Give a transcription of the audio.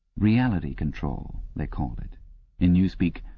reality control, they called it in newspeak,